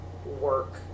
work